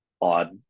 odd